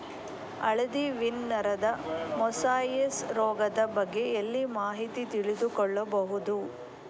ಹಳದಿ ವೀನ್ ನರದ ಮೊಸಾಯಿಸ್ ರೋಗದ ಬಗ್ಗೆ ಎಲ್ಲಿ ಮಾಹಿತಿ ತಿಳಿದು ಕೊಳ್ಳಬಹುದು?